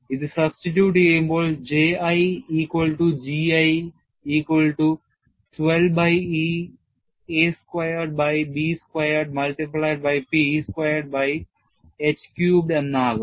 ഇത് സബ്സ്റ്റിട്യൂട് ചെയ്യുമ്പോൾ J I equal to G I equal to 12 by E a squared by B squared multiplied by P squared by h cubed എന്ന് ആകും